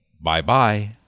bye-bye